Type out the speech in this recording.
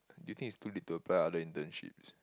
do you think it's too late to apply other internships